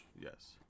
Yes